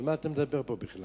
על מה אתה מדבר פה בכלל?